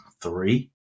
three